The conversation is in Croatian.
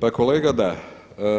Pa kolega da,